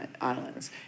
islands